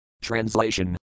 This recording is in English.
Translation